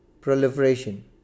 proliferation